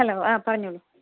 hello ആ പറഞ്ഞോളൂ